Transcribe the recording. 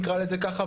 נקרא לזה ככה,